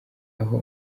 aho